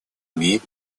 имеет